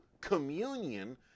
communion